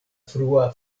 frua